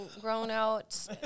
grown-out